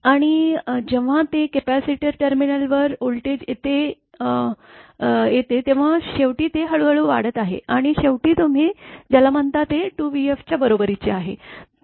आणि जेव्हा ते कपॅसिटर टर्मिनल वर व्होल्टेज येते तेव्हा शेवटी ते हळूहळू वाढत आहे आणि शेवटी तुम्ही ज्याला म्हणता ते 2vf च्या बरोबरीचे आहे